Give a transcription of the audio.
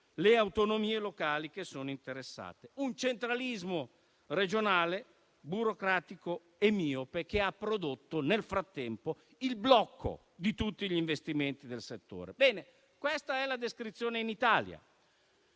le autonomie locali che sono interessate. Un centralismo regionale, burocratico e miope, che ha prodotto nel frattempo il blocco di tutti gli investimenti del settore: questa è la descrizione in Italia.